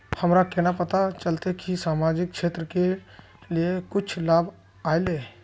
हमरा केना पता चलते की सामाजिक क्षेत्र के लिए कुछ लाभ आयले?